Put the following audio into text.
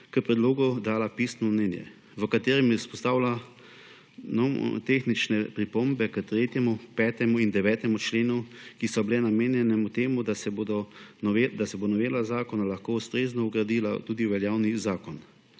k predlogu dala pisno mnenje, v katerem je izpostavila nomotehnične pripombe k 3., 5. in 9. členu, ki so bile namenjene temu, da se bo novela zakona lahko ustrezno vgradila tudi v veljavni zakon.